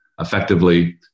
effectively